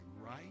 right